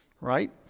Right